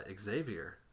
Xavier